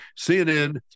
CNN